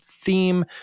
theme